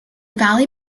valley